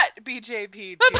BJP